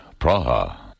Praha